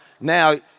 Now